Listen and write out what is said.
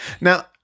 now